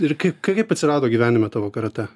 ir kai kaip atsirado gyvenime tavo karatė